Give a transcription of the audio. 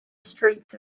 streets